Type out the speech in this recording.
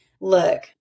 Look